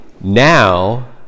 now